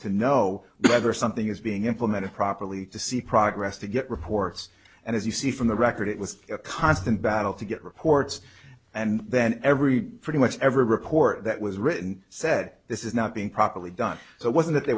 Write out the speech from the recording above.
to know whether something is being implemented properly to see progress to get reports and as you see from the record it was a constant battle to get reports and then every pretty much every report that was written said this is not being properly done so it wasn't th